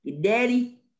daddy